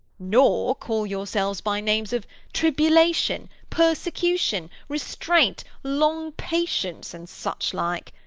nor call yourselves by names of tribulation, persecution, restraint, long-patience, and such-like,